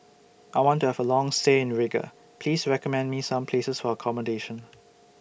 I want to Have A Long stay in Riga Please recommend Me Some Places For accommodation